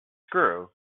screw